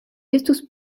estus